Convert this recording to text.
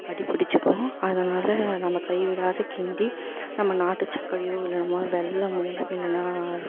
அடி பிடிச்சிக்கும் அதனால் நம்ம கை விடாம கிண்டி நம்ம நாட்டு சக்கரையோ இல்லனமோ வெல்லமோ இல்லைன்னா